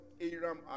Aram